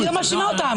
אני לא מאשימה אותם.